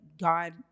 God